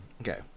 okay